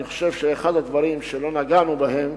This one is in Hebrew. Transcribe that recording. אני חושב שאחד הדברים שלא נגענו בהם,